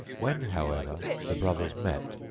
when, however, the brothers met,